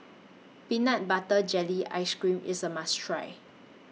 Peanut Butter Jelly Ice Cream IS A must Try